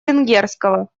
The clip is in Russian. венгерского